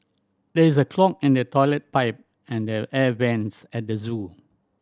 there is a clog in the toilet pipe and the air vents at the zoo